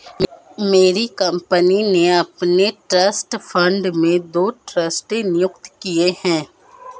मेरी कंपनी ने अपने ट्रस्ट फण्ड में दो ट्रस्टी नियुक्त किये है